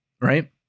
right